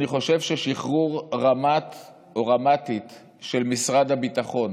אני חושב ששחרור רמ"ט או רמ"טית במשרד הביטחון